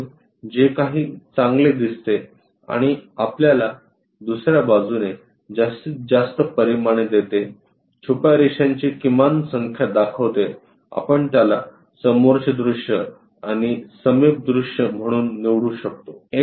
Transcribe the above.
म्हणून जे काही चांगले दिसते आणि आपल्याला दुसर्या बाजूने जास्तीत जास्त परिमाणे देते छुप्या रेषांची किमान संख्या दाखवते आपण त्याला समोरचे दृश्य आणि समीप दृश्य म्हणून निवडू शकतो